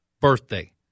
birthday